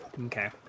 Okay